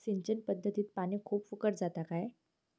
सिंचन पध्दतीत पानी खूप फुकट जाता काय?